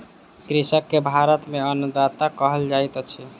कृषक के भारत में अन्नदाता कहल जाइत अछि